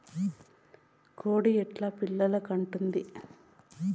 కోడి ఎట్లా పిల్లలు కంటుంది?